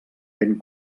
ben